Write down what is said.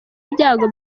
ibyago